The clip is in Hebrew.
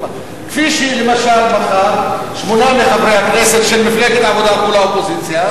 כפי שלמשל מחר שמונה מחברי הכנסת של מפלגת העבודה ילכו לאופוזיציה,